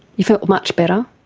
you felt much better?